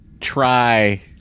try